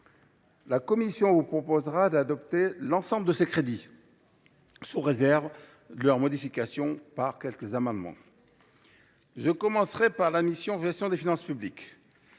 La commission vous proposera d’adopter l’ensemble de ces crédits, sous réserve de leurs modifications par quelques amendements. Je commencerai par la mission « Gestion des finances publiques